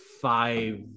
five